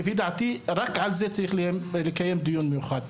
לפי דעתי רק על זה צריך לקיים דיון מיוחד.